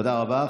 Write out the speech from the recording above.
תודה רבה.